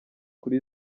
kuri